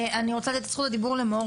אני נותנת את זכות הדיבור למאור